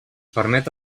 permet